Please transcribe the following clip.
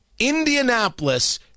Indianapolis